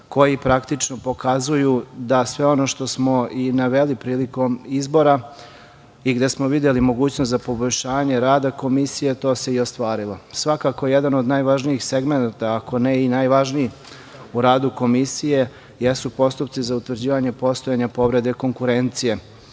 koji praktično pokazuju da sve ono što smo i naveli prilikom izbora i gde smo videli mogućnost za poboljšanje rada Komisije, to se i ostvarilo. Svakako jedan od najvažnijih segmenata, ako ne i najvažniji u radu Komisije jesu postupci za utvrđivanje postojanja povrede konkurencije.